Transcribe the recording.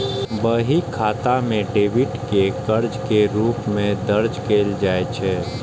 बही खाता मे डेबिट कें कर्ज के रूप मे दर्ज कैल जाइ छै